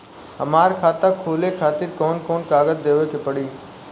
हमार खाता खोले खातिर कौन कौन कागज देवे के पड़ी?